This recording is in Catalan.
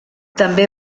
també